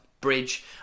bridge